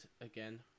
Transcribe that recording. again